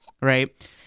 Right